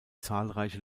zahlreiche